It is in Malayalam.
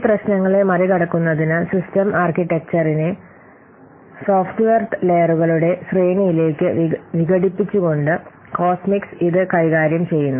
ഈ പ്രശ്നങ്ങളെ മറികടക്കുന്നതിന് സിസ്റ്റം ആർക്കിടെക്ചറിനെ സോഫ്റ്റ്വെയർ ലെയറുകളുടെ ശ്രേണിയിലേക്ക് വിഘടിപ്പിച്ചുകൊണ്ട് കോസ്മിക്സ് ഇത് കൈകാര്യം ചെയ്യുന്നു